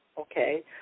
okay